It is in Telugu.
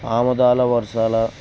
ఆముదాల వరసాల